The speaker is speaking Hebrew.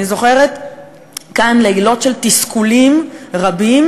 אני זוכרת כאן לילות של תסכולים רבים,